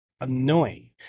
annoying